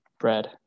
bread